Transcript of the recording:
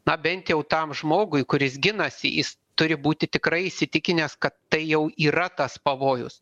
na bent jau tam žmogui kuris ginasi jis turi būti tikrai įsitikinęs kad tai jau yra tas pavojus